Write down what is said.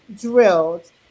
drilled